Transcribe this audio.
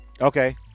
okay